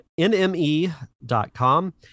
NME.com